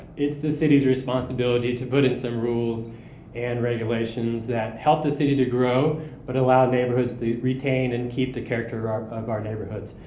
it's the city's responsibility to put in some rules and regulations that help the city to grow but allow neighborhoods to retain and keep the character of our neighborhoods.